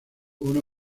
una